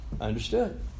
Understood